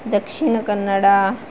Dakshina Kannada